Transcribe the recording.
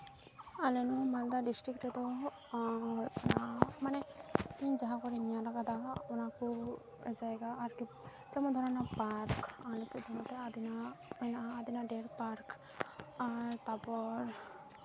ᱟᱞᱮ ᱱᱚᱣᱟ ᱢᱟᱞᱫᱟ ᱰᱤᱥᱴᱤᱠ ᱨᱮᱫᱚ ᱢᱟᱱᱮ ᱤᱧ ᱡᱟᱦᱟᱸ ᱠᱚᱧ ᱧᱮᱞ ᱠᱟᱫᱟ ᱚᱱᱟ ᱠᱚ ᱡᱟᱭᱜᱟ ᱟᱨᱠᱤ ᱡᱮᱢᱚᱱ ᱯᱟᱨᱠ ᱟᱞᱮ ᱥᱮᱫ ᱠᱚ ᱢᱮᱛᱟᱫᱼᱟ ᱟᱹᱫᱤᱱᱟ ᱟᱹᱫᱤᱱᱟ ᱰᱮᱢ ᱯᱟᱨᱠ ᱟᱨ ᱛᱟᱨᱯᱚᱨ